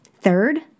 Third